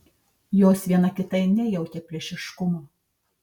jos viena kitai nejautė priešiškumo